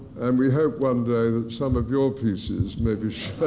and we hope one day that some of your pieces may be shown